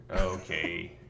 Okay